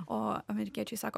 o amerikiečiai sako